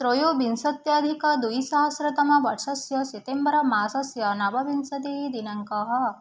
त्रयोविंशत्यधिकद्विसहस्रतमवर्षस्य सितेम्बरमासस्य नवविंशतिः दिनाङ्कः